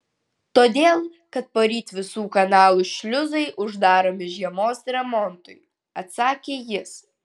todėl kad poryt visų kanalų šliuzai uždaromi žiemos remontui atsakė jis